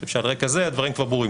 ואני חושב שעל רקע זה הדברים כבר ברורים.